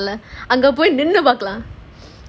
அந்த இடத்துல நின்னு பார்க்கலாம்:andha idathula ninnu paarkalaam